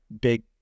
Big